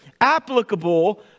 applicable